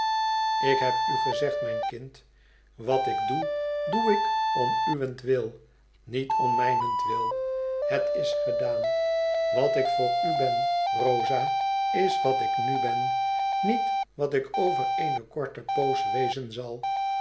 ik heb u gezegd mijn kind wat ik doe doe ik om uwentwil niet om mijnentwil het is gedaan wat ik voor u ben rosa is wat ik nu ben niet wat ik over eene korte poos wezen zal